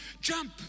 jump